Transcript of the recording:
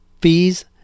fees